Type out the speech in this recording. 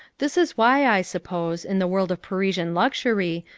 this is why, i suppose, in the world of parisian luxury,